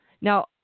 Now